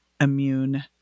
immune